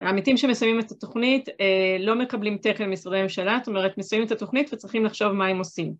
העמיתים שמסיימים את התוכנית לא מקבלים תיכף משרדי ממשלה, זאת אומרת, מסיימים את התוכנית וצריכים לחשוב מה הם עושים.